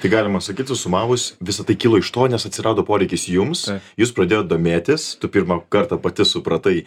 tai galima sakyt susumavus visa tai kilo iš to nes atsirado poreikis jums jūs pradėjot domėtis tu pirmą kartą pati supratai